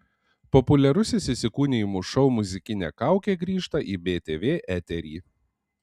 populiarusis įsikūnijimų šou muzikinė kaukė grįžta į btv eterį